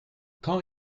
quand